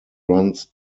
runs